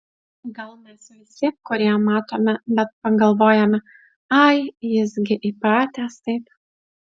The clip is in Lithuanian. gal mes visi kurie matome bet pagalvojame ai jis gi įpratęs taip